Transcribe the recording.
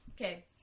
Okay